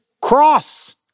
cross